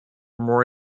more